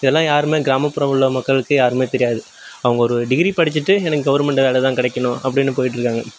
இதெலாம் யாருமே கிராமப்புறம் உள்ள மக்களுக்கு யாருமே தெரியாது அவங்க ஒரு டிகிரி படித்திட்டு எனக்கு கவர்மெண்ட் வேலை தான் கிடைக்கிணும் அப்படின்னு போயிட்டிருக்காங்க